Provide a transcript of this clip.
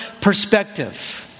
perspective